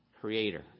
Creator